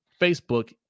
Facebook